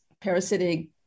parasitic